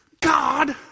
God